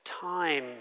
time